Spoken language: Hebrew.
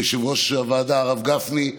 ויושב-ראש הוועדה הרב גפני,